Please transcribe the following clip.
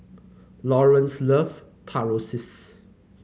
Laurence loves Tortillas